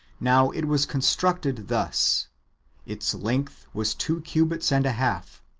now it was constructed thus its length was two cubits and a half,